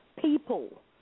people